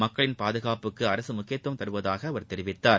மக்களின் பாதுகாப்புக்கு அரசு முக்கியத்துவம் தருவதாக அவர் தெரிவித்தார்